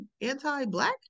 anti-black